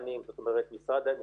גם במסגרות קידום נוער בתיכונים